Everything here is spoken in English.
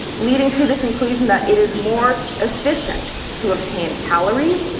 leading to the conclusion that it is more efficient to obtain calories,